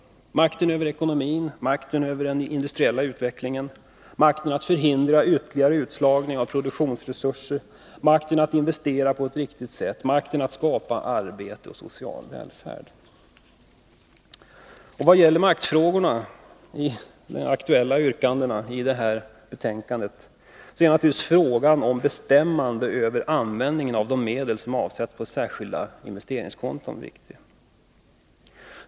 Det gäller makten över ekonomin, makten över den industriella utvecklingen, makten att förhindra ytterligare utslagning av produktionsresurser, makten att investera på ett riktigt sätt, makten att skapa arbete och social välfärd. Vad gäller maktfrågorna i de aktuella yrkandena i dessa betänkanden är naturligtvis frågan om bestämmande över användningen av de medel som avsätts på särskilda investeringskonton viktig.